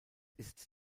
ist